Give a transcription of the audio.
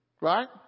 right